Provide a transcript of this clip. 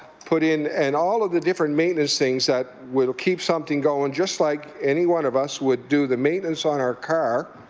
put in and all of the different maintenance things that will keep something going, just like any one of us would do the maintenance on our car,